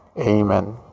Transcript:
Amen